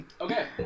Okay